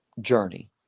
journey